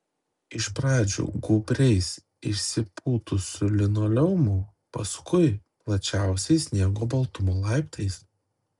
iš pradžių gūbriais išsipūtusiu linoleumu paskui plačiausiais sniego baltumo laiptais